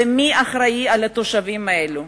ומי אחראי לתושבים האלו?